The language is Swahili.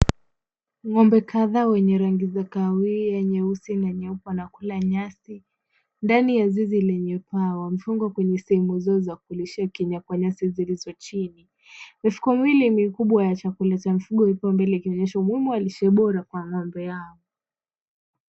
Ng'ombe kadhaa wenye rangi za kahawia, nyeusi na nyeupe wanakula nyasi, ndani ya zizi lenye paa. Wamefungwa kwenye sehemu zao za kulishia kenya kwa nyasi zilizo chini. Mifuko mbili ya chakula ya mifugo iko mbele, ikionyesha umuhimu wa lishe bora kwa ng'ombe yao.